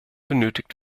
benötigt